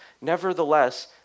Nevertheless